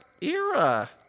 era